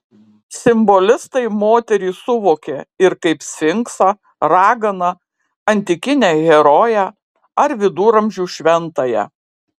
simbolistai moterį suvokė ir kaip sfinksą raganą antikinę heroję ar viduramžių šventąją